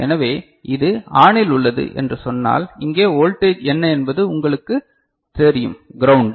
எனவே இது ஆனில் உள்ளது என்று சொன்னால் இங்கே வோல்டேஜ் என்ன என்பது உங்களுக்குத் தெரியும் கிரௌன்ட்